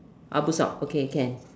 ah blue sock okay can